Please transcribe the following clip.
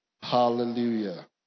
Hallelujah